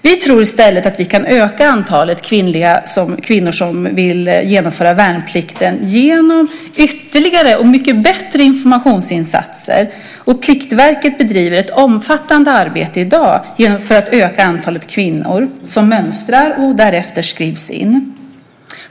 Vi tror i stället att vi kan öka antalet kvinnor som vill genomföra värnplikten genom ytterligare och mycket bättre informationsinsatser. Pliktverket bedriver i dag ett omfattande arbete för att öka antalet kvinnor som mönstrar och därefter skrivs in.